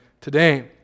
today